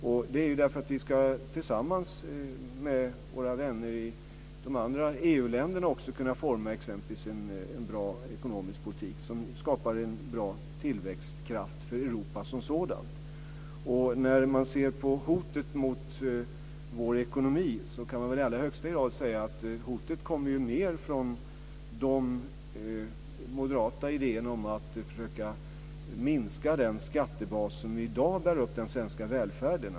Det har vi gjort därför att vi, tillsammans med våra vänner i de andra EU-länderna, ska kunna forma en bra ekonomisk politik som skapar en bra tillväxtkraft för Europa som sådant. När man ser på hotet mot vår ekonomi kan man i allra högsta grad säga att det kommer mer från de moderata idéerna om att försöka minska den skattebas som i dag bär upp den svenska välfärden.